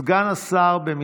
21